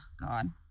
God